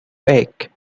fake